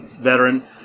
veteran